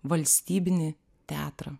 valstybinį teatrą